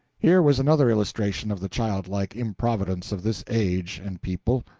here was another illustration of the childlike improvidence of this age and people.